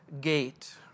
gate